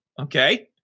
Okay